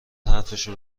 حرفشو